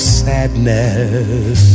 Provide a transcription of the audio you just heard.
sadness